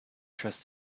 trust